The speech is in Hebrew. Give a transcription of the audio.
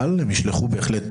אבל הם ישלחו בהחלט